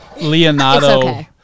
leonardo